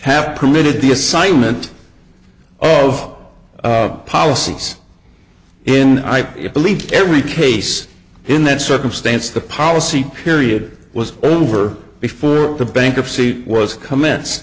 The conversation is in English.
have permitted the assignment of policies in ip you believe every case in that circumstance the policy period was over before the bankruptcy was cumm